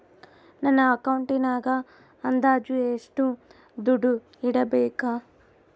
ನನ್ನ ಅಕೌಂಟಿನಾಗ ಅಂದಾಜು ಎಷ್ಟು ದುಡ್ಡು ಇಡಬೇಕಾ?